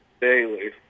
daily